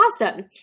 awesome